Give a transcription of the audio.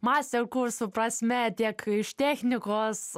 mase kursų prasme tiek iš technikos